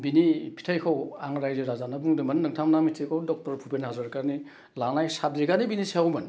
बिनि फिथाइखौ आं रायजो राजानो बुंदोंमोन नोंथांमोना मिथिगौ डक्टर भुपेन हाज'रिकानि लानाय साबजेक्टआनो बिनि सायावमोन